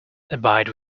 abide